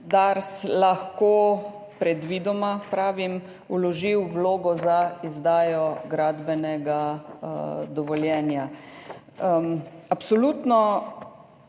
DARS, predvidoma, pravim, lahko vložil vlogo za izdajo gradbenega dovoljenja. Absolutno